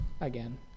again